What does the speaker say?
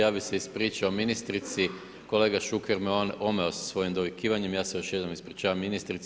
Ja bih se ispričao ministrici, kolega Šuker me omeo sa svojim dovikivanjem, ja se još jednom ispričavam ministrici.